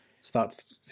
starts